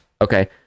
Okay